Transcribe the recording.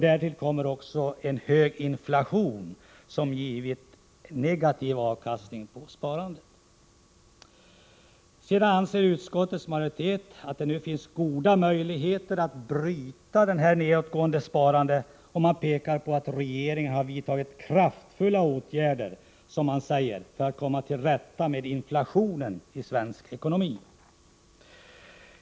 Därtill har vi haft en hög inflation som givit negativ avkastning på sparandet. Utskottets majoritet anser att det nu finns goda möjligheter att bryta den här nedåtgående trenden för sparandet, och man pekar på att regeringen har vidtagit — som man säger — kraftfulla åtgärder för att komma till rätta med inflationen i svensk ekonomi.